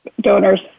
donors